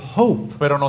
hope